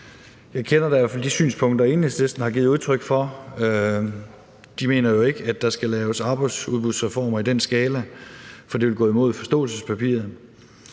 Jeg kender i hvert fald de synspunkter, Enhedslisten har givet udtryk for. De mener jo ikke, at der skal laves arbejdsudbudsreformer i den skala, fordi det vil gå imod forståelsespapiret.